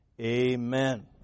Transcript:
Amen